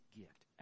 gift